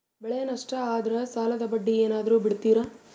ಬೆಳೆ ನಷ್ಟ ಆದ್ರ ಸಾಲದ ಬಡ್ಡಿ ಏನಾದ್ರು ಬಿಡ್ತಿರಾ?